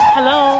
Hello